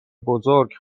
بزرگ